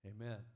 Amen